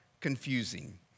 confusing